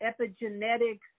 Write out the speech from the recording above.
epigenetics